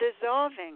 dissolving